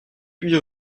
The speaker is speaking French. huit